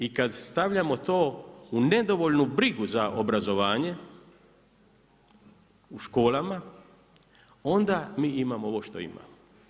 I kad stavljamo to u nedovoljnu brigu za obrazovanje u školama, onda mi imamo ovo što imamo.